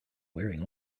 wearing